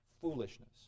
foolishness